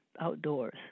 outdoors